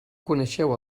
coneixeu